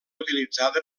utilitzada